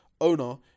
owner